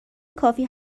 کافی